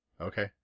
Okay